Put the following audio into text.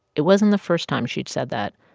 it wasn't the first time she'd said that,